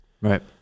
Right